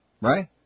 Right